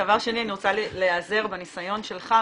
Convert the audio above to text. דבר שני אני רוצה להיעזר בניסיון שלך,